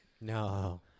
No